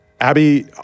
Abby